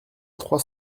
trois